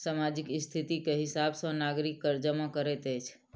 सामाजिक स्थिति के हिसाब सॅ नागरिक कर जमा करैत अछि